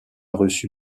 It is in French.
reçu